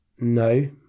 no